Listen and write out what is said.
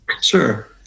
Sure